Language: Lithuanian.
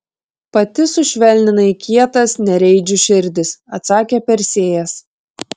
pati sušvelninai kietas nereidžių širdis atsakė persėjas